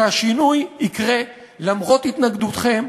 כי השינוי יקרה למרות התנגדותכם,